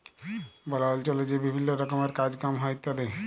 বল অল্চলে যে বিভিল্ল্য রকমের কাজ কম হ্যয় ইত্যাদি